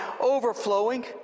overflowing